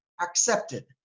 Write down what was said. accepted